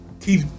keep